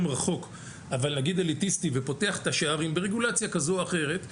רחוק אבל נגיד אליטיסטי ופותח את השערים ברגולציה כזו או אחרת,